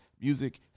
music